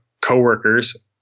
coworkers